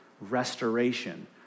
restoration